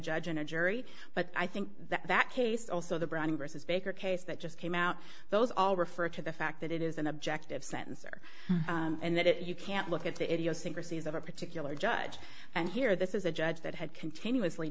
judge and a jury but i think that that case also the brown versus baker case that just came out those all refer to the fact that it is an objective sensor and that it you can't look at the a t o secrecies of a particular judge and here this is a judge that had continuously